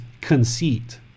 conceit